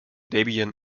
debian